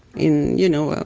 in, you know,